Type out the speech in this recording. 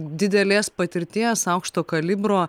didelės patirties aukšto kalibro